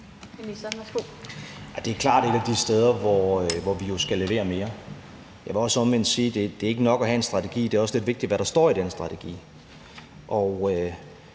Det er klart et af de steder, hvor vi skal levere mere. Jeg vil også omvendt sige, at det ikke er nok at have en strategi. Det er også lidt vigtigt, hvad der står i den strategi.